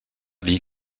dir